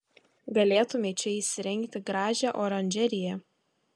galėtumei čia įsirengti gražią oranžeriją